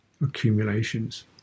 accumulations